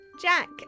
Jack